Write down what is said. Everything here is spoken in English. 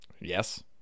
Yes